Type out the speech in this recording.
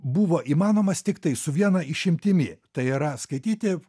buvo įmanomas tiktai su viena išimtimi tai yra skaityti